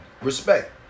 respect